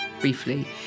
briefly